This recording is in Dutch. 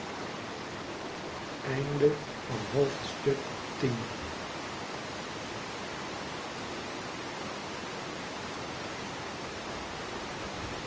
droomde van het